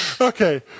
okay